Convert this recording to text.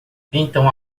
então